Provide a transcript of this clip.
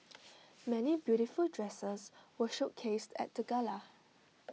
many beautiful dresses were showcased at the gala